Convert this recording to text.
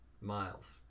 miles